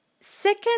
second